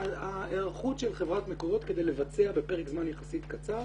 היערכות חברת מקורות כדי לבצע בפרק זמן יחסית קצר